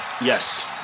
Yes